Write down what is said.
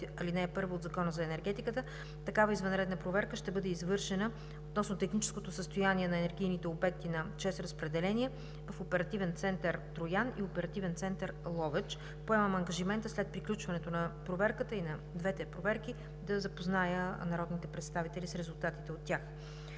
ал. 1 от Закона за енергетиката такава извънредна проверка ще бъде извършена относно техническото състояние на енергийните обекти на „ЧЕЗ Разпределение“ в Оперативен център – Троян, и Оперативен център – Ловеч. Поемам ангажимента след приключването на двете проверки да запозная народните представители с резултатите от тях.